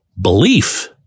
belief